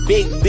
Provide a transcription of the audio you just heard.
Big